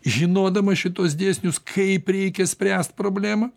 žinodamas šituos dėsnius kaip reikia spręst problemą